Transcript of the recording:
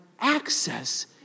access